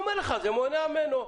הוא אומר לך שזה מונע ממנו.